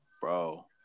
bro